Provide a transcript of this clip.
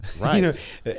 right